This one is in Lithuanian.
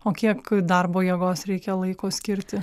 o kiek darbo jėgos reikia laiko skirti